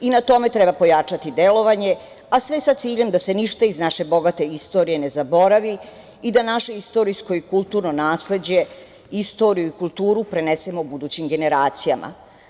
Na tome treba pojačati delovanje, a sve sa ciljem da se ništa iz naše bogate istorije ne zaboravi i da našoj istorijsko, kulturno nasleđe, istoriju i kulturu prenesemo budućim generacijama.